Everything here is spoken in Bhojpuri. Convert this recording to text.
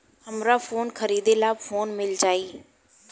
हमरा फोन खरीदे ला लोन मिल जायी?